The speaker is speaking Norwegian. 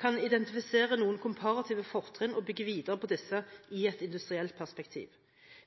kan identifisere noen komparative fortrinn og bygge videre på disse i et industrielt perspektiv.